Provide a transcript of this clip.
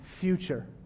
future